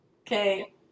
Okay